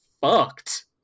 fucked